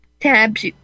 tabs